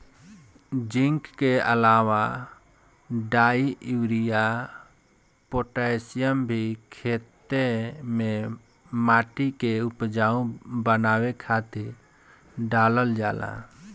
zinc के अलावा डाई, यूरिया, पोटैशियम भी खेते में माटी के उपजाऊ बनावे खातिर डालल जाला